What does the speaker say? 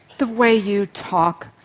the way you talk!